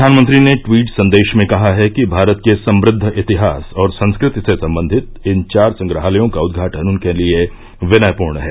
प्रधानमंत्री ने ट्वीट संदेश में कहा है कि भारत के समृद्व इतिहास और संस्कृति से संबंधित इन चार संग्रहालयों का उदघाटन उनके लिये विनयपूर्ण है